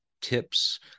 tips